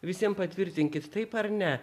visiem patvirtinkit taip ar ne